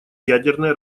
ядерное